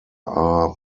are